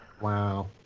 wow